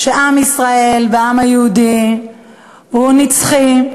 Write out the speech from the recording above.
שעם ישראל והעם היהודי הוא נצחי.